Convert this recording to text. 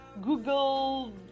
Google